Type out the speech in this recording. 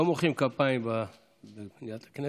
לא מוחאים כפיים במליאת הכנסת.